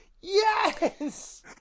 Yes